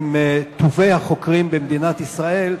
עם טובי החוקרים במדינת ישראל.